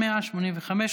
מס' 185,